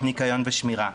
ניקיון ושמירה.